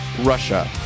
Russia